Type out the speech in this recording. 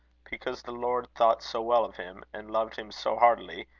because the lord thought so well of him, and loved him so heartily,